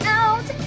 out